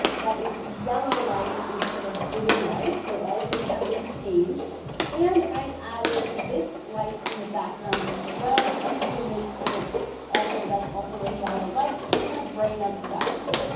that is a yellow light instead of blue light, so all of them have been changed and i added this light in the background as well to make it also that's also a yellow light to kind of brighten up in the background.